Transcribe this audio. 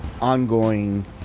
ongoing